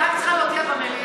אני רק צריכה להודיע במליאה.